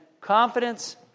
confidence